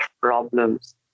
problems